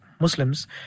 Muslims